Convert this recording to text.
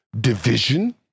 division